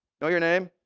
know your name,